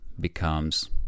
becomes